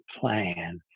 plan